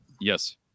Yes